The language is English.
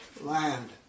land